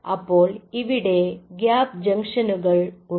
അപ്പോൾ ഇവിടെ ഗ്യാപ്പ്ജംഗ്ഷനുകൾ ഉണ്ട്